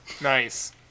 Nice